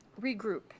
regroup